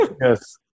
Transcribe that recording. Yes